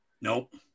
Nope